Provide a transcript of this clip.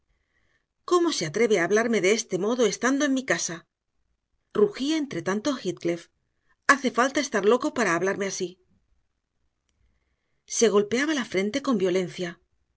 cómo se atreve a hablarme de este modo estando en mi casa rugía entre tanto heathcliff hace falta estar loco para hablarme así se golpeaba la frente con violencia